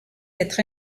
être